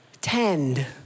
Tend